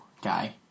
guy